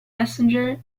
messenger